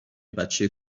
بچه